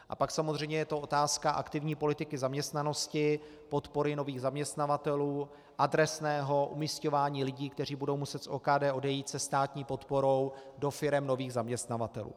A pak samozřejmě je to otázka aktivní politiky zaměstnanosti, podpory nových zaměstnavatelů, adresného umisťování lidí, kteří budou muset z OKD odejít se státní podporou do firem nových zaměstnavatelů.